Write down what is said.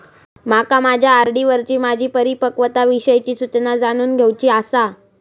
माका माझ्या आर.डी वरची माझी परिपक्वता विषयची सूचना जाणून घेवुची आसा